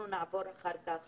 נעבור אחר כך